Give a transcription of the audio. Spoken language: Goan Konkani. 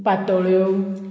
पातोळ्यो